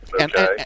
Okay